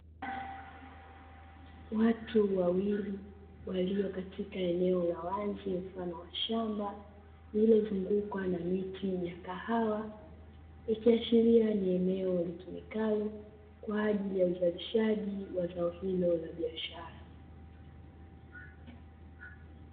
Watu wawili walio katika eneo la wazi mfano wa shamba lililozungukwa na miti ya kahawa, ikiashiria ni eneo litumikalo kwa ajili ya uzalishaji wa zao hilo la biashara.